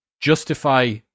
justify